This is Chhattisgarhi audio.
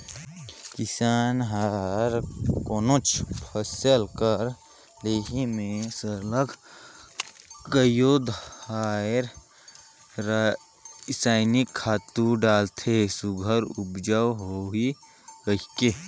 किसान हर कोनोच फसिल कर लेहे में सरलग कइयो धाएर रसइनिक खातू डालथे सुग्घर उपज होही कहिके